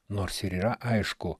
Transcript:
nors ir yra aišku